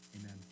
amen